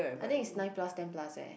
I think it's nine plus ten plus eh